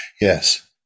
Yes